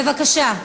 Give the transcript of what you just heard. בבקשה.